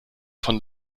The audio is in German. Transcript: von